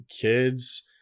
Kids